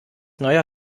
neuer